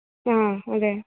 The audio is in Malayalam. ആാ അതെ